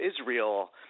Israel